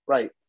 Right